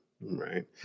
Right